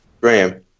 Graham